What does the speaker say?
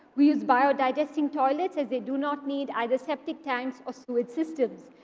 we use bio digesting toilets, as they do not need either septic tanks or sewage systems.